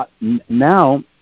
Now